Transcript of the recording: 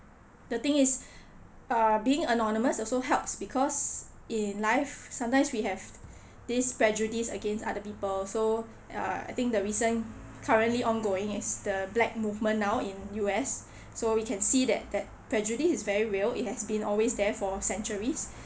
the thing is err being anonymous also helps because in life sometimes we have this prejudice against other people so ya I think the reason currently ongoing is the black movement now in U_S so we can see that that prejudice is very real it's has been always there for centuries